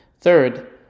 Third